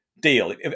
deal